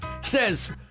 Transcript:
says